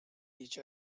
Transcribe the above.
each